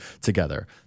together